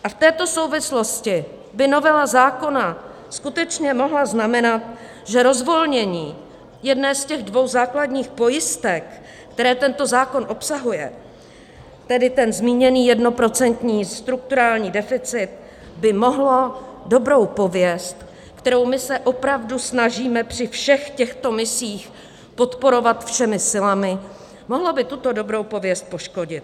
A v této souvislosti by novela zákona skutečně mohla znamenat, že rozvolnění jedné z těch dvou základních pojistek, které tento zákon obsahuje, tedy ten zmíněný jednoprocentní strukturální deficit, by mohlo dobrou pověst, kterou my se opravdu snažíme při všech těchto misích podporovat všemi silami, mohlo tuto dobrou pověst poškodit.